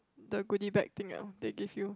the goodie bag thing ah they give you